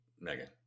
Megan